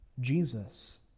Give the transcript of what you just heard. Jesus